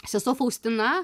sesuo faustina